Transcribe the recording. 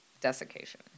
desiccation